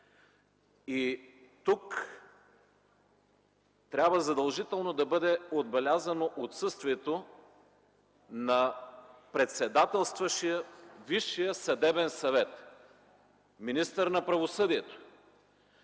Тук трябва задължително да бъде отбелязано отсъствието на председателстващия Висшия съдебен съвет – министърът на правосъдието,